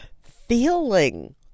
feeling